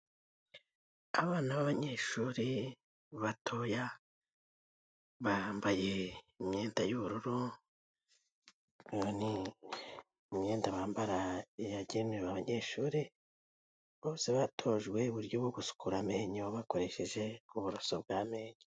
Abana b'abanyeshuri batoya bambaye imyenda y'ubururu, imyenda bambara yagenewe abanyeshuri. Bose batojwe uburyo bwo gusukura amenyo, bakoresheje uburoso bw'amenyo.